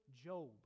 Job